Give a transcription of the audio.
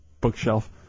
Bookshelf